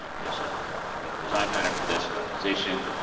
ah there's a known design pattern for this normalization,